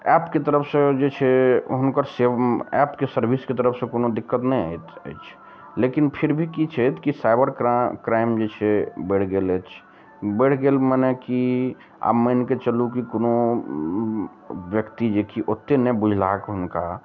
एपके तरफ सऽ जे छै हुनकर से एपके सर्विसके तरफ सऽ कोनो दिक्कत नहि आबैत अछि लेकिन फिर भी की छै की साइबर क्राइम जे छै बैढ़ि गेल अछि बैढ़ि गेल मने की आब मानिके चलू की कोनो ब्यक्ति जेकि ओतेक नहि बुझलाह हुनका